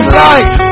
life